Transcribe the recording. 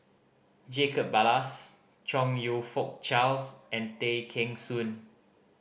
Jacob Ballas Chong You Fook Charles and Tay Kheng Soon